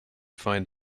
find